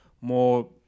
more